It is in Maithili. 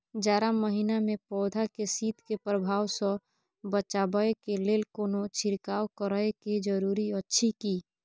जारा महिना मे पौधा के शीत के प्रभाव सॅ बचाबय के लेल कोनो छिरकाव करय के जरूरी अछि की?